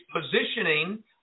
positioning